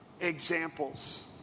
examples